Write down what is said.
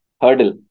Hurdle